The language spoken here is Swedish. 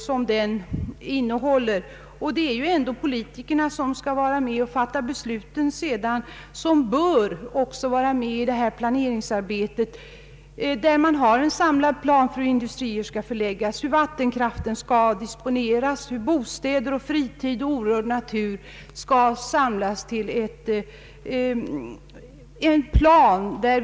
Politikerna, som sedan skall vara med och fatta besluten, bör vara med också i planeringen av hur industrier skall förläggas, hur vattenkraften skall disponeras, hur bostadsområden och orörd natur skall avvägas mot varandra.